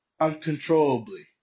uncontrollably